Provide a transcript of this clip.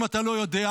אם אתה לא יודע,